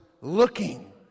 looking